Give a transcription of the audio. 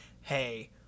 hey